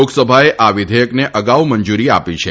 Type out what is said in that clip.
લોકસભાએ આ વિઘેથકને અગાઉ મંજુરી આપી છે